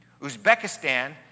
Uzbekistan